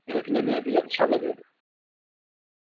دیکھنے میں بھی اچھا لگے